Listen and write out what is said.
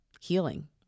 healing